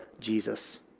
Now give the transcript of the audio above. Jesus